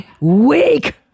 weak